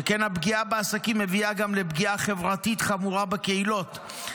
שכן הפגיעה בעסקים מביאה גם לפגיעה חברתית חמורה בקהילות,